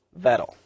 Vettel